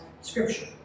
scripture